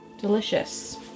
delicious